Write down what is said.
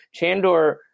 chandor